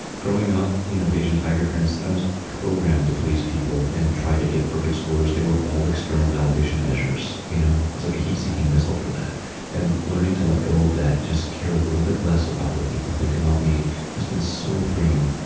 growing up, you know with asian tiger parents, i was programmed to please people and try to get perfect scores. they were all external validation measures, you know i was like a heat seeking missile for that and learning to let go of that and just care a little bit less about what people think about me has been so freeing.